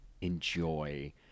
enjoy